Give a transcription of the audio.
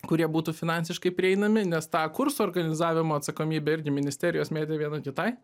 kurie būtų finansiškai prieinami nes tą kursų organizavimą atsakomybę irgi ministerijos mėtė viena kitai